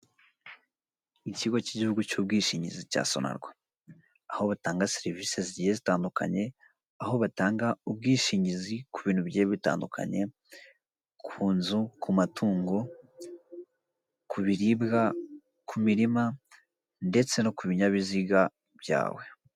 Ikigo k'igihugu cy'ubwishingizi cya Sonarwa, aho batanga serivisi zigiye zitandukanye, aho batanga ubwishingizi ku bintu bigiye bitandukanye, ku nzu, ku matungo, ku biribwa, ku mirima, ndetse no ku binyabiziga byawe.